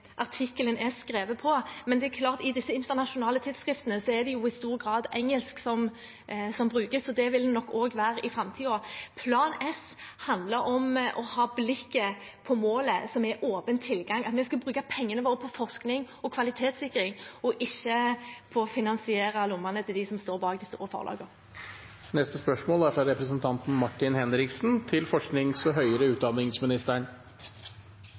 artikkelen er skrevet på. I disse internasjonale tidsskriftene er det i stor grad engelsk som brukes, og det vil det nok også være i framtiden. Plan S handler om å ha blikket på målet, som er åpen tilgang, at vi skal bruke pengene våre på forskning og kvalitetssikring og ikke på å finansiere dem som står bak de store forlagene. «Torsdag 29. november demonstrerer studentene mot regjeringens endring av konverteringsordningen for studiestøtte. Dette får konsekvenser for studenter som ikke fullfører en hel grad eller bytter retning underveis i studiene, og